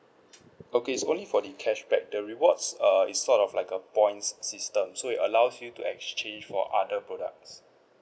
okay it's only for the cashback the rewards err it's sort of like a points system so it allows you to exchange for other products